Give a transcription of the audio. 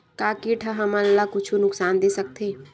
का कीट ह हमन ला कुछु नुकसान दे सकत हे?